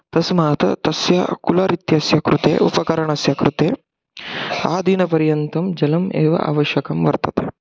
तस्मात् तस्य कुलर् इत्यस्य कृते उपकरणस्य कृते आदिनपर्यन्तं जलम् एव आवश्यकं वर्तते